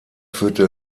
führte